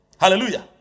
Hallelujah